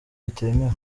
bitemewe